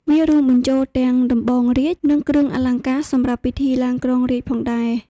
វារួមបញ្ចូលទាំងដំបងរាជ្យ និងគ្រឿងអលង្ការសម្រាប់ពិធីឡើងគ្រងរាជ្យផងដែរ។